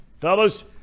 fellas